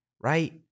right